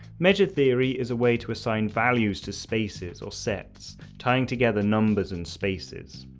measure theory is a way to assign values to spaces or sets tying together numbers and spaces.